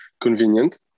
convenient